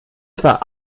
zwar